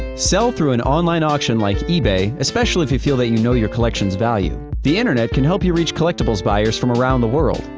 sell through an online auction like ebay, especially if you feel that you know your collection's value. the internet can help you reach collectibles buyers from around the world.